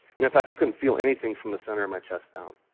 and in fact, i couldn't feel anything from the center of my chest down.